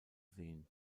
sehen